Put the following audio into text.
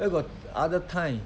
where got other time